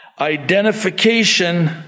identification